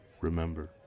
remember